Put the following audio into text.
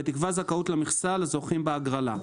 ותקבע זכאות למכסה לזוכים בהגרלה.